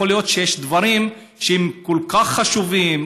יכול להיות שיש דברים שהם כל כך חשובים,